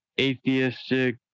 atheistic